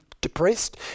depressed